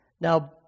Now